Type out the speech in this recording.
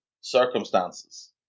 circumstances